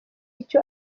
icyo